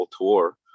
tour